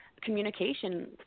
communication